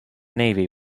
navy